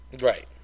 Right